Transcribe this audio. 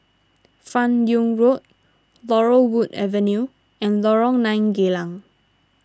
Fan Yoong Road Laurel Wood Avenue and Lorong nine Geylang